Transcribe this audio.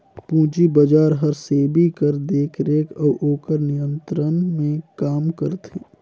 पूंजी बजार हर सेबी कर देखरेख अउ ओकर नियंत्रन में काम करथे